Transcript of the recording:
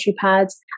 pads